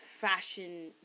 fashion